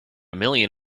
million